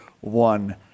one